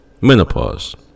menopause